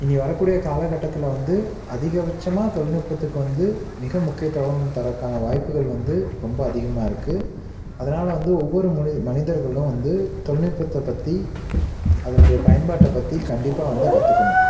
இனி வரக்கூடிய காலகட்டத்தில் வந்து அதிகபட்சமாக தொழில்நுட்பத்துக்கு வந்து மிக முக்கியத்துவம் தரதுக்கான வாய்ப்புகள் வந்து ரொம்ப அதிகமாக இருக்கு அதனால் வந்து ஒவ்வொரு மனி மனிதர்களும் வந்து தொழில்நுட்பத்தை பற்றி அதனுடைய பயன்பாட்டை பற்றி கண்டிப்பாக வந்து கற்றுக்கணும்